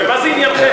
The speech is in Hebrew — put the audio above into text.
ומה זה עניינכם?